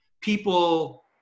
people